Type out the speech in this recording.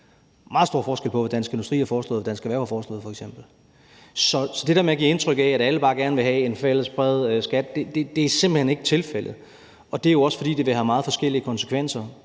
meget stor forskel på, hvad Dansk Industri og Dansk Erhverv har foreslået. Så til det der med at give et indtryk af, at alle bare gerne vil have en fælles bred skat, vil jeg sige, at det simpelt hen ikke er tilfældet, og det er jo også, fordi det vil have meget forskellige konsekvenser